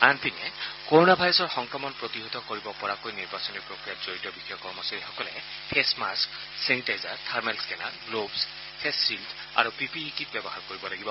আনপিনে কৰনা ভাইৰাছৰ সংক্ৰমণ প্ৰতিহত কৰিব পৰাকৈ নিৰ্বাচনী প্ৰক্ৰিয়াত জড়িত বিষয়া কৰ্মচাৰীসকলে face masks sanitiser thermal scanner gloves face shield আৰু পি পি ই কিট ব্যৱহাৰ কৰিব লাগিব